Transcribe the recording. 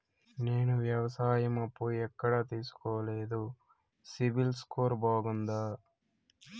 నేను వ్యవసాయం అప్పు ఎక్కడ తీసుకోలేదు, సిబిల్ స్కోరు బాగుందా?